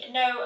no